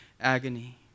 agony